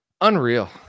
Unreal